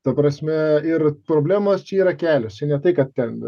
ta prasme ir problemos čia yra keliosčia ne tai kad ten